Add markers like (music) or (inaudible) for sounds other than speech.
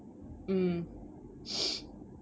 mm (noise)